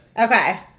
Okay